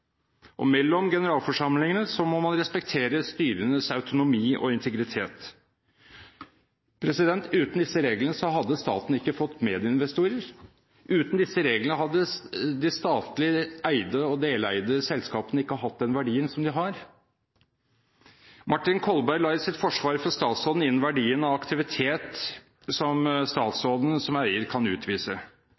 Mellom generalforsamlingene må man respektere styrenes autonomi og integritet. Uten disse reglene hadde staten ikke fått medinvestorer. Uten disse reglene hadde de statlig eide og statlig deleide selskapene ikke hatt den verdien som de har. Martin Kolberg la inn i sitt forsvar for statsråden verdien av aktivitet, som statsråden som eier kan utvise.